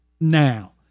now